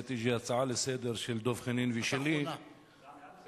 הצעה לסדר-היום של דב חנין ושלי בעניין